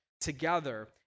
together